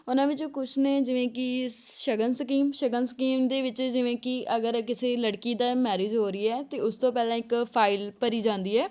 ਉਹਨਾਂ ਵਿੱਚੋਂ ਕੁਛ ਨੇ ਜਿਵੇਂ ਕਿ ਸ ਸ਼ਗਨ ਸਕੀਮ ਸ਼ਗਨ ਸਕੀਮ ਦੇ ਵਿੱਚ ਜਿਵੇਂ ਕਿ ਅਗਰ ਕਿਸੇ ਲੜਕੀ ਦਾ ਮੈਰਿਜ਼ ਹੋ ਰਹੀ ਹੈ ਅਤੇ ਉਸ ਤੋਂ ਪਹਿਲਾਂ ਇੱਕ ਫਾਈਲ ਭਰੀ ਜਾਂਦੀ ਹੈ